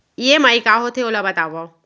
EMI का होथे, ओला बतावव